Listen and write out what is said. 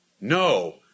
No